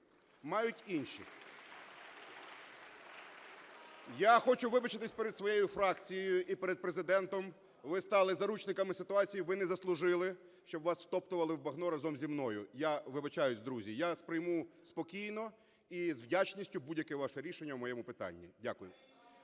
Мають інші. Я хочу вибачитися перед своєю фракцією і перед Президентом, ви стали заручниками ситуації, ви не заслужили, щоб вас втоптували в багно разом зі мною. Я вибачаюсь, друзі, я сприйму спокійно і з вдячністю будь-яке ваше рішення в моєму питанні. Дякую.